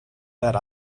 that